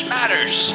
Matters